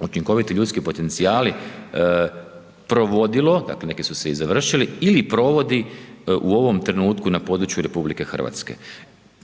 učinkoviti ljudski potencijali, provodilo, dakle, neki su se i završili ili provodi u ovom trenutku na području RH.